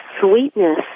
sweetness